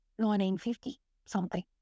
1950-something